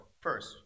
First